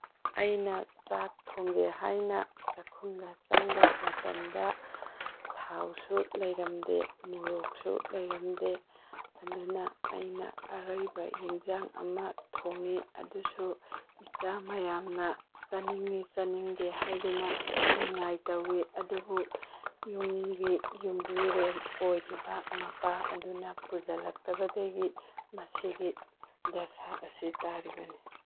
ꯑꯩꯅ ꯆꯥꯛ ꯊꯣꯡꯒꯦ ꯍꯥꯏꯅ ꯆꯥꯛꯈꯨꯝꯗ ꯆꯪꯕ ꯃꯇꯝꯗ ꯊꯥꯎꯁꯨ ꯂꯩꯔꯝꯗꯦ ꯃꯣꯔꯣꯛꯁꯨ ꯂꯩꯔꯝꯗꯦ ꯑꯗꯨꯅ ꯑꯩꯅ ꯑꯔꯩꯕ ꯌꯦꯟꯁꯥꯡ ꯑꯃ ꯊꯣꯡꯏ ꯑꯗꯨꯁꯨ ꯏꯆꯥ ꯃꯌꯥꯝꯅ ꯆꯥꯅꯤꯡꯏ ꯆꯥꯅꯤꯡꯗꯦ ꯍꯥꯏꯗꯨꯅ ꯅꯤꯉꯥꯏ ꯇꯧꯏ ꯑꯗꯨꯕꯨ ꯌꯨꯝꯒꯤ ꯌꯨꯝꯕꯤꯔꯦꯟ ꯑꯣꯏꯔꯤꯕ ꯃꯄꯥ ꯑꯗꯨꯅ ꯄꯨꯁꯤꯜꯂꯛꯇꯕꯗꯒꯤ ꯃꯁꯤꯒꯤ ꯗꯁꯥ ꯑꯁꯤ ꯇꯥꯔꯤꯕꯅꯤ